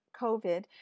COVID